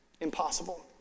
Impossible